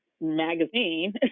magazine